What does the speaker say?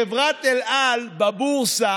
חברת אל על בבורסה,